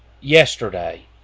yesterday